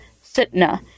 Sitna